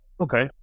Okay